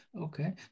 Okay